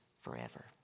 forever